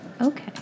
Okay